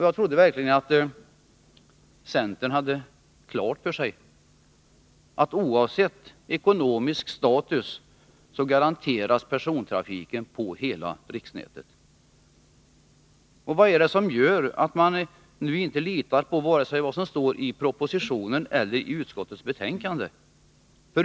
Jag trodde verkligen att centern hade klart för sig att oavsett ekonomisk status garanteras persontrafiken på hela riksnätet. Vad är det som gör att man nu inte litar på vare sig det som står i propositionen eller det som står i utskottets betänkande?